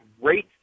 great